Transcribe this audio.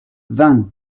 vingt